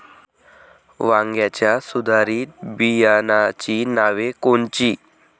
वांग्याच्या सुधारित बियाणांची नावे कोनची?